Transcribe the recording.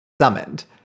summoned